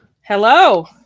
Hello